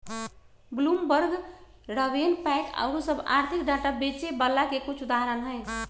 Bloomberg, RavenPack आउरो सभ आर्थिक डाटा बेचे बला के कुछ उदाहरण हइ